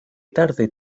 tarde